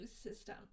system